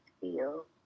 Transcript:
feel